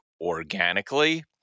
organically